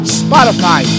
spotify